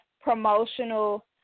promotional